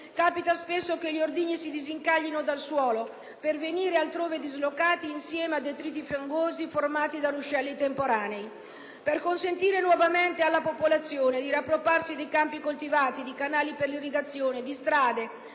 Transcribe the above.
piogge monsoniche, gli ordigni si disincaglino dal suolo per venire dislocati altrove insieme a detriti fangosi formati da ruscelli temporanei. Per consentire nuovamente alla popolazione di riappropriarsi di campi coltivabili, di canali per l'irrigazione, di strade